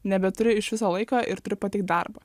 nebeturi iš viso laiko ir turi pateikt darbą